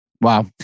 Wow